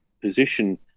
position